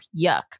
yuck